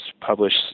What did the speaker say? published